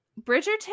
Bridgerton